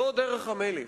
זו דרך המלך,